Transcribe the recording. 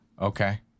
okay